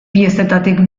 piezetatik